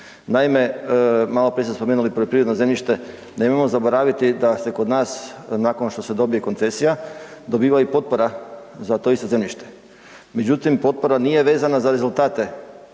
Naime, maloprije ste spomenuli poljoprivredno zemljište, nemojmo zaboraviti da se kod nas, nakon što se dobije koncesija, dobiva i potpora za to isto zemljište. Međutim, potpora nije vezana za rezultate